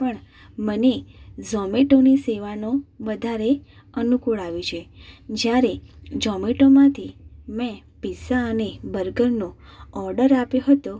પણ મને ઝોમેટોની સેવાનો વધારે અનુકૂળ આવ્યું છે જ્યારે જોમેટોમાંથી મેં પિઝ્ઝા અને બર્ગરનો ઓર્ડર આપ્યો હતો